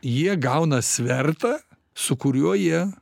jie gauna svertą su kuriuo jie